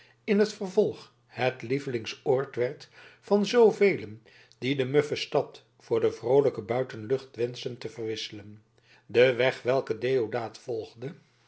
in t vervolg het lievelingsoord werd van zoovelen die de muffe stad voor de vroolijke buitenlucht wenschten te verwisselen de weg welken deodaat volgde